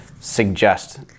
suggest